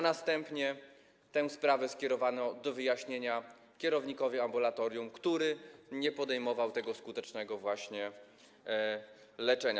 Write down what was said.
Następnie tę sprawę skierowano do wyjaśnienia kierownikowi ambulatorium, który nie podejmował tego skutecznego leczenia.